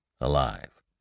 alive